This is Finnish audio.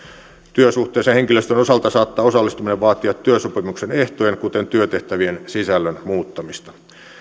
työsuhteisen henkilöstön osalta saattaa osallistuminen vaatia työsopimuksen ehtojen kuten työtehtävien sisällön muuttamista